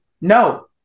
no